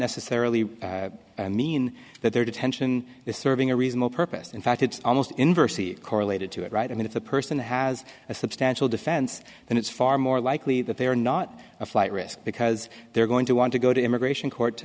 necessarily mean that their detention is serving a reasonable purpose in fact it's almost inversely correlated to it right i mean if the person has a substantial defense then it's far more likely that they are not a flight risk because they're going to want to go to immigration court to